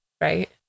Right